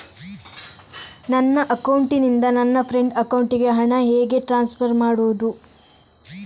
ನನ್ನ ಅಕೌಂಟಿನಿಂದ ನನ್ನ ಫ್ರೆಂಡ್ ಅಕೌಂಟಿಗೆ ಹಣ ಹೇಗೆ ಟ್ರಾನ್ಸ್ಫರ್ ಮಾಡುವುದು?